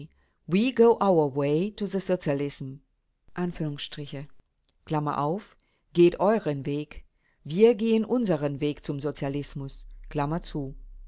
geht euren weg wir gehen unseren weg zum